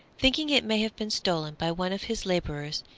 thinking it may have been stolen by one of his labourers,